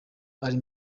ari